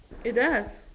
it does